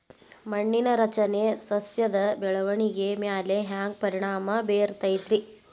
ಮಣ್ಣಿನ ರಚನೆ ಸಸ್ಯದ ಬೆಳವಣಿಗೆ ಮ್ಯಾಲೆ ಹ್ಯಾಂಗ್ ಪರಿಣಾಮ ಬೇರತೈತ್ರಿ?